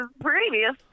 previous